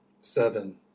Seven